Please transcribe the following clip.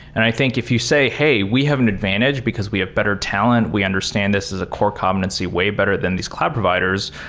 i think if you say, hey! we have an advantage because we have better talent. we understand this is a core competency way better than these cloud providers,